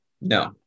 No